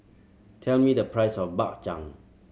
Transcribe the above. tell me the price of Bak Chang